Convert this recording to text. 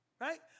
right